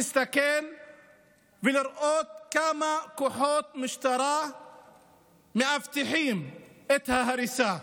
להסתכל ולראות כמה כוחות משטרה מאבטחים את ההריסה.